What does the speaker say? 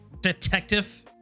detective